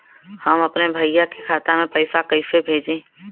हम अपने भईया के खाता में पैसा कईसे भेजी?